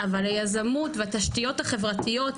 אבל היזמות והתשתיות החברתיות,